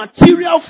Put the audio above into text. material